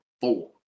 four